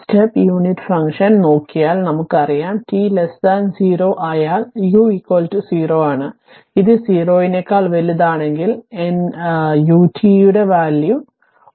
step unit function നോക്കിയാൽ നമുക്ക് അറിയാം t0 ആയാൽ u 0 ആണ് അത് 0 നെക്കാൾ വലുതാണെങ്കിൽ n ut യുടെ വാല്യൂ 1 ആണ്